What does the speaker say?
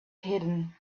hidden